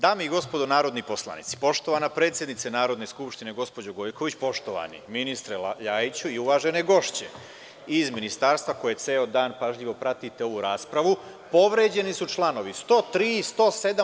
Dame i gospodo narodni poslanici, poštovana predsednice Narodne skupštine gospođo Gojković, poštovani ministre Ljajiću i uvažene gošće iz Ministarstva, koje ceo dan pažljivo pratite ovu raspravu, povređeni su članovi 103. i 107.